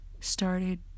started